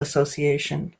association